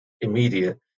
immediate